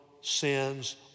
sins